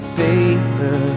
favor